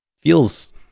feels